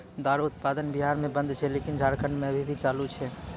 दारु उत्पादन बिहार मे बन्द छै लेकिन झारखंड मे अभी भी चालू छै